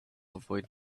avoid